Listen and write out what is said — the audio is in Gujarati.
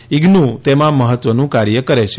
ઇઝ્નુ તેમાં મહત્વનું કાર્ય કરે છે